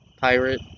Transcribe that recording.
Pirate